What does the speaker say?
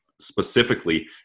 specifically